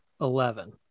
eleven